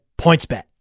PointsBet